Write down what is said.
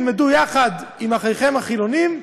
תלמדו יחד עם אחיכם החילונים,